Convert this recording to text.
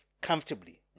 comfortably